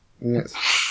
Yes